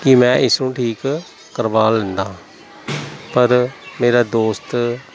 ਕਿ ਮੈਂ ਇਸਨੂੰ ਠੀਕ ਕਰਵਾ ਲੈਂਦਾ ਪਰ ਮੇਰਾ ਦੋਸਤ